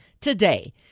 today